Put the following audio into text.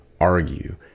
argue